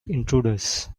intruders